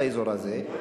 לאזור הזה.